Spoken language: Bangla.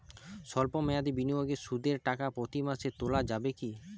সল্প মেয়াদি বিনিয়োগে সুদের টাকা প্রতি মাসে তোলা যাবে কি?